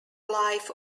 life